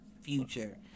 future